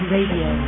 Radio